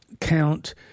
count